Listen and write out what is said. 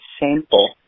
shameful